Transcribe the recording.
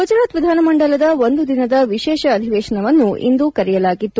ಗುಜರಾತ್ ವಿಧಾನಮಂಡಲದ ಒಂದು ದಿನದ ವಿಶೇಷ ಅಧಿವೇಶನವನ್ನು ಇಂದು ಕರೆಯಲಾಗಿತ್ತು